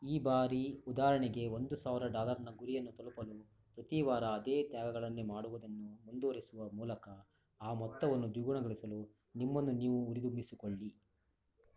ಈ ಬಾರಿ ಉದಾಹರಣೆಗೆ ಒಂದು ಸಾವಿರ ಡಾಲರ್ನ ಗುರಿಯನ್ನು ತಲುಪಲು ಪ್ರತೀ ವಾರ ಅದೇ ತ್ಯಾಗಗಳನ್ನೇ ಮಾಡುವುದನ್ನು ಮುಂದುವರಿಸುವ ಮೂಲಕ ಆ ಮೊತ್ತವನ್ನು ದ್ವಿಗುಣಗೊಳಿಸಲು ನಿಮ್ಮನ್ನು ನೀವು ಹುರಿದುಂಬಿಸಿಕೊಳ್ಳಿ